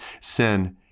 sin